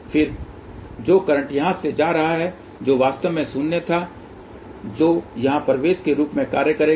और फिर जो करंट यहां से जा रहा है जो वास्तव में शून्य था जो यहां प्रवेश के रूप में कार्य करेगा